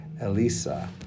Elisa